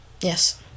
Yes